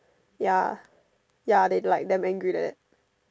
ya ya they like damn angry like that